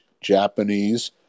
Japanese